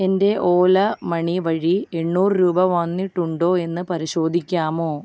എൻ്റെ ഓല മണി വഴി എണ്ണൂറ് രൂപ വന്നിട്ടുണ്ടോ എന്ന് പരിശോധിക്കാമോ